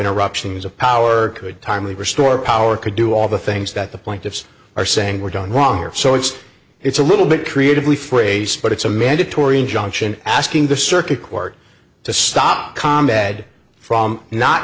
interruptions of power could timely restore power could do all the things that the plaintiffs are saying were done wrong so it's it's a little bit creatively phrase but it's a mandatory injunction asking the circuit court to stop